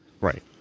Right